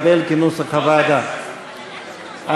כהצעת הוועדה,